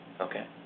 Okay